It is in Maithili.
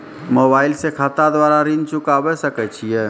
मोबाइल से खाता द्वारा ऋण चुकाबै सकय छियै?